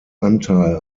anteil